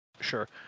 sure